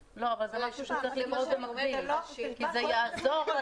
לא, אבל זה משהו שצריך לקרות במקביל כי זה יעזור.